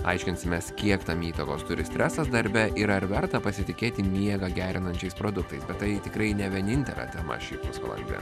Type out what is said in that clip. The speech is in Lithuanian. aiškinsimės kiek tam įtakos turi stresas darbe ir ar verta pasitikėti miegą gerinančiais produktais tai tikrai ne vienintelė tema šį pusvalandį